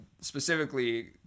specifically